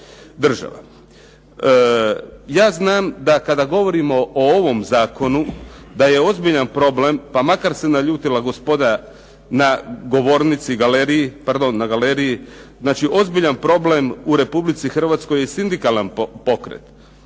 država. Ja znam da kada govorimo o ovom zakonu da je ozbiljan problem, pa makar se naljutila gospoda na galeriji, znači ozbiljan problem u Republici Hrvatskoj je sindikalan pokret.